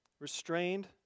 Restrained